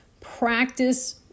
Practice